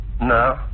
No